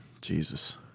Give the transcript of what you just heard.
Jesus